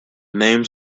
names